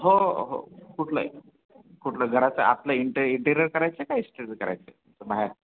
हो हो कुठलंही कुठलं घराचं आतलं इंटर इंटेरिअर करायचं आहे का इस्टेरिअर करायचं आहे बाहेर